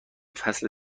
فصل